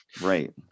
right